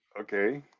okay